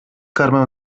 karmę